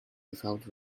without